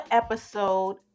episode